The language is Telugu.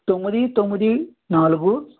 తొమ్మిది తొమ్మిది నాలుగు